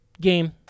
game